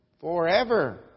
Forever